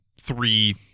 three